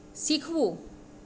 શીખવું